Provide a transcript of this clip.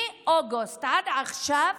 מאוגוסט עד עכשיו